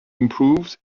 improved